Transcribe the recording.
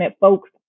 folks